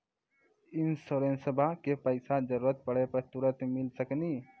इंश्योरेंसबा के पैसा जरूरत पड़े पे तुरंत मिल सकनी?